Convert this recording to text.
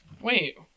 Wait